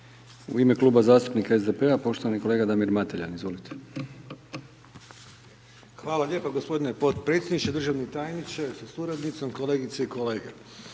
U ime kluba zastupnika SDP-a poštovani kolega Damir Mateljan, izvolite. **Mateljan, Damir (SDP)** Hvala lijepo gospodine potpredsjedniče, državni tajniče sa suradnicom, kolegice i kolege.